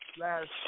last